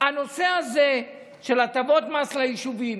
על הנושא הזה של הטבות מס ביישובים.